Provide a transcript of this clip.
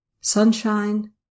sunshine